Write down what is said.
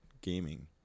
gaming